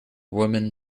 woman